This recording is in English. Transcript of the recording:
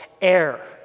air